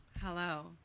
hello